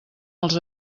els